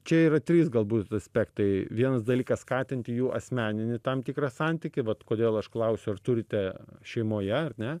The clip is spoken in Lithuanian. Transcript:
čia yra trys galbūt aspektai vienas dalykas skatinti jų asmeninį tam tikrą santykį vat kodėl aš klausiu ar turite šeimoje ar ne